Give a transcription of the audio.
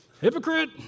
hypocrite